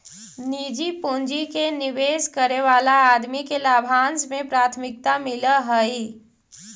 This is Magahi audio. निजी पूंजी के निवेश करे वाला आदमी के लाभांश में प्राथमिकता मिलऽ हई